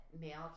male